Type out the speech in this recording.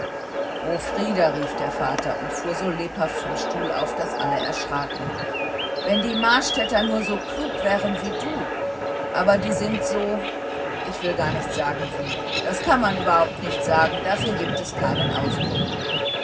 o frieder rief der vater und fuhr so lebhaft vom stuhl auf daß alle erschraken wenn die marstadter nur so klug wären wie du aber die sind so ich will gar nicht sagen wie das kann man überhaupt gar nicht sagen dafür gibt es keinen ausdruck